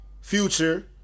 Future